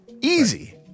Easy